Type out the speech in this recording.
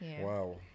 Wow